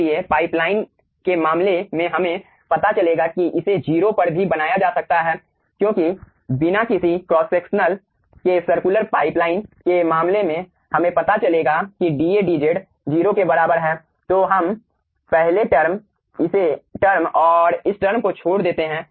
इसलिए पाइपलाइन के मामले में हमें पता चलेगा कि इसे 0 पर भी बनाया जा सकता है क्योंकि बिना किसी क्रॉस सेक्शनल के सर्कुलर पाइप लाइन के मामले में हमें पता चलेगा कि dA dZ 0 के बराबर है तो हम पहले टर्म इस टर्म और इस टर्म को छोड़ देते हैं